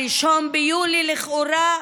1 ביולי לכאורה,